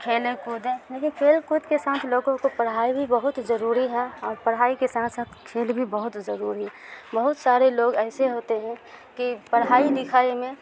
کھیلیں کودیں لیکن کھیل کود کے ساتھ لوگوں کو پڑھائی بھی بہت ضروری ہے اور پڑھائی کے ساتھ ساتھ کھیل بھی بہت ضروری ہے بہت سارے لوگ ایسے ہوتے ہیں کہ پڑھائی لکھائی میں